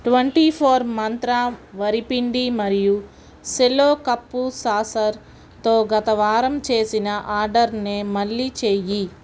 twenty four Mantra వరిపిండి మరియు Cello cup సాసరుతో గత వారం చేసిన ఆర్డరర్నే మళ్ళీ చేయి